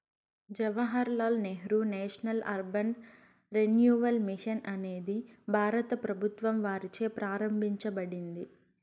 Jawahar Lal Nehru national urban renewal mission అనేది భారత ప్రభుత్వం వారిచే ప్రారంభించబడింది